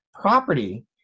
property